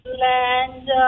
land